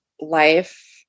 life